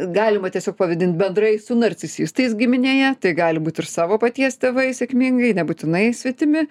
galima tiesiog pavadint bendrai su narcisistais giminėje tai gali būt ir savo paties tėvai sėkmingai nebūtinai svetimi